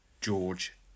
George